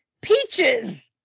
Peaches